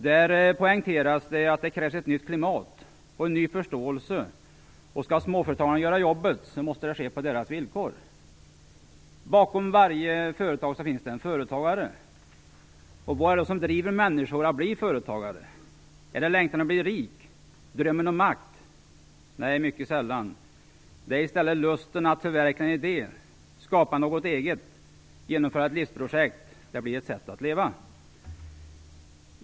Där poängteras att det krävs ett nytt klimat och en ny förståelse. Skall småföretagarna göra jobbet måste det ske på deras villkor. Bakom varje företag finns det en företagare. Vad är det då som driver människor att bli företagare? Är det längtan att bli rik eller drömmen om makt? Nej, det är det mycket sällan. Det är i stället lusten att förverkliga en idé, skapa något eget eller genomföra ett livsprojekt. Det blir ett sätt att leva.